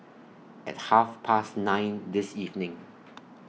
At Half Past nine This evening